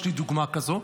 יש לי דוגמה כזו,